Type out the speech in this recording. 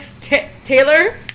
Taylor